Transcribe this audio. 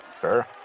sure